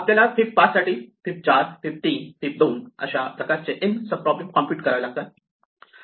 आपल्याला फिब 5 साठी fib 4 fib 3 fib 2 अशा प्रकारचे N सब प्रॉब्लेम कॉम्प्युट करावे लागतात